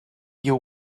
you